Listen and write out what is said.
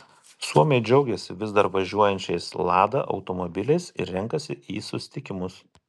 suomiai džiaugiasi vis dar važiuojančiais lada automobiliais ir renkasi į susitikimus